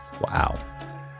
Wow